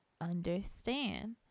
understand